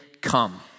come